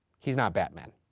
he's not batman.